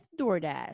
DoorDash